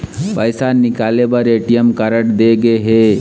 पइसा निकाले बर ए.टी.एम कारड दे गे हे